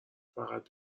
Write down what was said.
فقط